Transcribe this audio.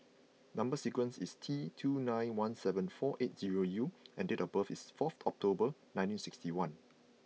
number sequence is T two nine one seven four eight zero U and date of birth is fourth October nineteen sixty one